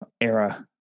era